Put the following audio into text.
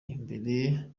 imbere